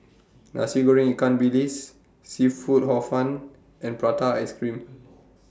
Nasi Goreng Ikan Bilis Seafood Hor Fun and Prata Ice Cream